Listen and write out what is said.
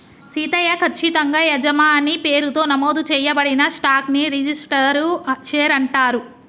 సీతయ్య, కచ్చితంగా యజమాని పేరుతో నమోదు చేయబడిన స్టాక్ ని రిజిస్టరు షేర్ అంటారు